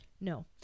No